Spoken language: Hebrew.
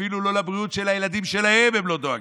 ואפילו לא לבריאות של הילדים שלהם הם לא דואגים,